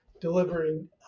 delivering